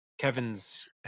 Kevin's